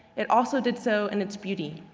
it also did so in its beauty.